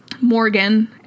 Morgan